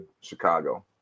Chicago